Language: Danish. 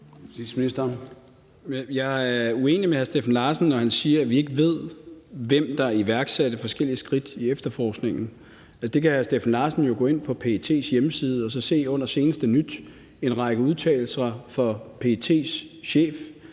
Jeg er uenig med hr. Steffen Larsen, når han siger, at vi ikke ved, hvem der iværksatte forskellige skridt i efterforskningen. Hr. Steffen Larsen kan jo gå ind på PET's hjemmeside under »Nyheder« og seneste nyt og se en række udtalelser fra PET's chef,